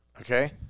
Okay